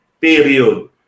period